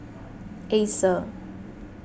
Acer